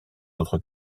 autres